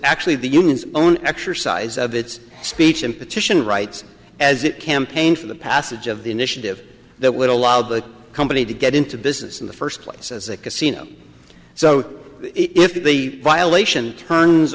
actually the union's own exercise of its speech and petition rights as it campaigned for the passage of the initiative that would allow the company to get into business in the first place as a casino so if the violation turns